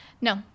No